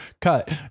cut